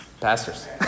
Pastors